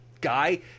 guy